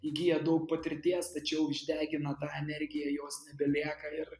įgyja daug patirties tačiau išdegina tą energiją jos nebelieka ir